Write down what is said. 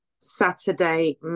Saturday